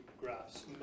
graphs